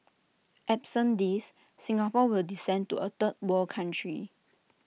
absent these Singapore will descend to A third world country